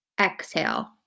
exhale